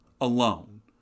alone